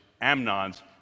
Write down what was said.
Amnon's